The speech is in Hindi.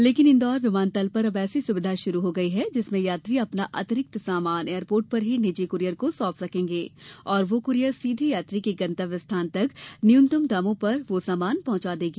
लेकिन इंदौर विमानतल पर अब ऐसी सुविधा शुरू हो गई है जिसमे यात्री अपना अतिरिक्त सामान एयरपोर्ट पर ही निजी कुरियर को सौंप सर्केगे और वह कुरियर सीधे यात्री के गंतव्य स्थान पर न्यूनतम दामों पर वह सामान पहुंचा देगी